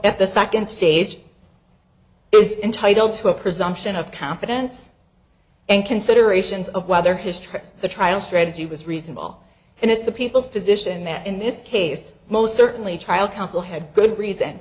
at the second stage is entitled to a presumption of competence and considerations of whether his trip to the trial strategy was reasonable and it's the people's position that in this case most certainly trial counsel had good reason